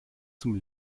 zum